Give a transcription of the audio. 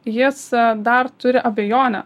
jis dar turi abejonių